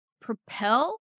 Propel